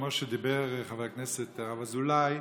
כמו שאמר חבר הכנסת הרב אזולאי,